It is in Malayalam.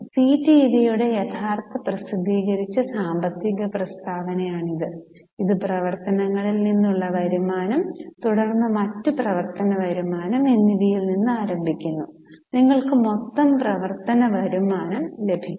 സീ ടിവിയുടെ യഥാർത്ഥ പ്രസിദ്ധീകരിച്ച സാമ്പത്തിക പ്രസ്താവനയാണിത് ഇത് പ്രവർത്തനങ്ങളിൽ നിന്നുള്ള വരുമാനം തുടർന്ന് മറ്റ് പ്രവർത്തന വരുമാനം എന്നിവയിൽ നിന്ന് ആരംഭിക്കുന്നു നിങ്ങൾക്ക് മൊത്തം പ്രവർത്തന വരുമാനം ലഭിക്കും